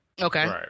Okay